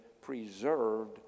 preserved